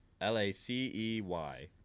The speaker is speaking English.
L-A-C-E-Y